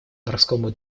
морскому